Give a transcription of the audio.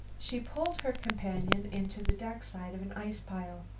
she pulled her companion into the dark side of an ice-pile.